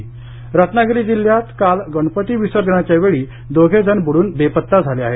रत्नागिरी रत्नागिरी जिल्ह्यात काल गणपतीविसर्जनाच्या वेळी दोघे जण बुडून बेपत्ता झाले आहेत